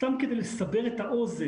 סתם כדי לסבר את האוזן.